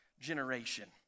generation